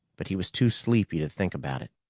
but he was too sleepy to think about it.